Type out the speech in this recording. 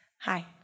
Hi